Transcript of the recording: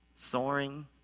Soaring